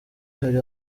hari